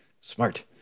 Smart